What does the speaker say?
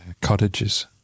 cottages